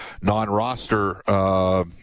non-roster